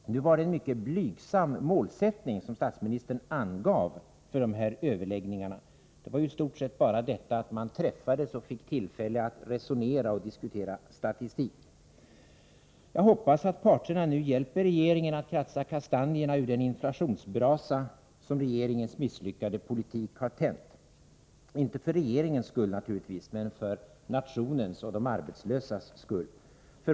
Det var en mycket blygsam målsättning som statsministern angav för dessa överläggningar — i stort sett bara detta att man träffades och fick tillfälle att resonera och diskutera statistik. Jag hoppas att parterna nu hjälper regeringen att kratsa kastanjerna ur den inflationsbrasa som regeringens misslyckade politik har tänt, inte för regeringens skull naturligtvis utan för nationens och för de arbetslösas skull.